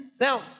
Now